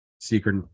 Secret